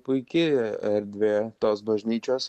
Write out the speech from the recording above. puiki erdvė tos bažnyčios